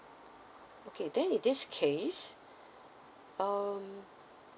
okay then in this case um